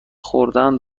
خوردن